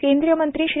केंद्रीय मंत्री श्री